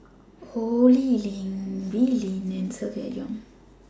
Ho Lee Ling Wee Lin and Silvia Yong